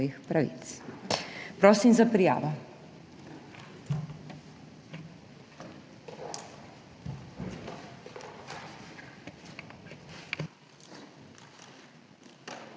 Prosim za prijavo.